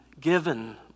given